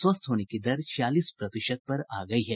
स्वस्थ होने की दर छियालीस प्रतिशत पर आ गयी है